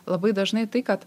labai dažnai tai kad